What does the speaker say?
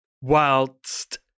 whilst